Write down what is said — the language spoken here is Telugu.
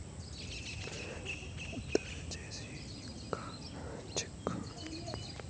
దాల్చిన చెక్క లేని బిర్యాని యాందిది పేడ లెక్కుండాది